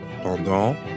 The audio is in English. pendant